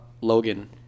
Logan